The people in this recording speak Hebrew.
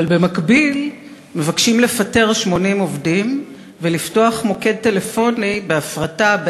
אבל במקביל מבקשים לפטר 80 עובדים ולפתוח מוקד טלפוני בהפרטה,